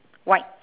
white